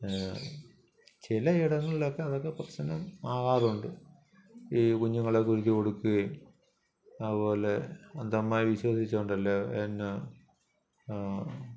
ചില ഇടങ്ങളിലൊക്കെ അതൊക്കെ പ്രശ്നം ആകാറുണ്ട് ഈ കുഞ്ഞുങ്ങളെ കുരുതി കൊടുക്കുകയും അതുപോലെ അന്ധമായി വിശ്വസിച്ചാലുമുണ്ടല്ലോ എന്നാ